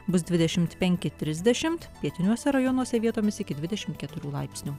bus dvidešimt penki trisdešimt pietiniuose rajonuose vietomis iki dvidešimt keturių laipsnių